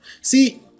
See